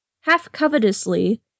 half-covetously